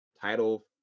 title